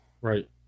right